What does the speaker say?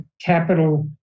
capital